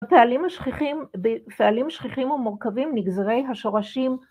פעלים שכיחים ומורכבים נגזרי השורשים